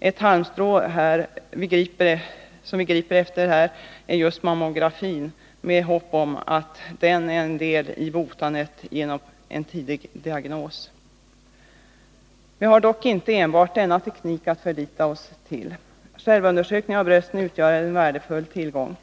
Ett halmstrå som vi härvid griper efter är just mammografin, med hopp om att den är en del i botandet genom tidig diagnos. Vi har dock inte enbart denna teknik att förlita oss till. Självundersökning av brösten utgör en värdefull tillgång.